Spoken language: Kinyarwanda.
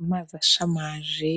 Amazi ashamaje